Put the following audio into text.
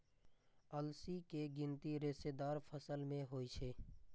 अलसी के गिनती रेशेदार फसल मे होइ छै